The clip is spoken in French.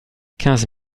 quinze